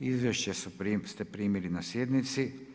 Izvješća ste primili na sjednici.